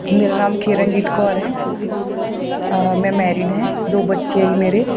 ਮੇਰਾ ਨਾਮ ਕਿਰਨਜੀਤ ਕੌਰ ਹੈ ਮੈਂ ਮੈਰਿਡ ਹੈ ਦੋ ਬੱਚੇ ਹੈ ਜੀ ਮੇਰੇ